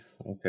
Okay